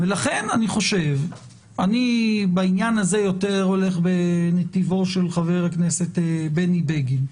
לכן בעניין הזה אני הולך יותר בנתיבו של חבר הכנסת בני בגין,